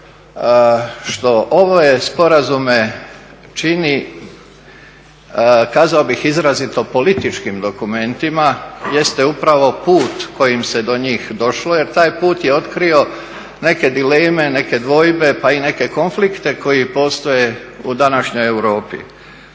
što ove sporazume čini, kazao bi izrazito političkim dokumentima, jeste upravo put kojim se do njih došlo, jer taj put je otkrio neke dileme, neke dvojbe, pa i neke konflikte koji postoje u današnjoj Europi.